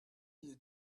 you